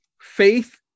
faith